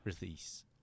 release